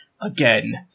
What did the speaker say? again